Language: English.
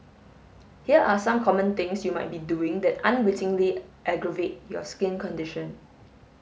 here are some common things you might be doing that unwittingly aggravate your skin condition